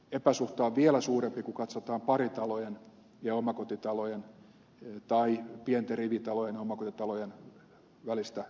epäsuhta on vielä suurempi kun katsotaan paritalojen ja omakotitalojen tai pienten rivitalojen ja omakotitalojen välistä eroa